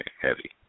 heavy